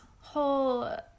whole